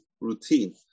routine